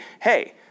hey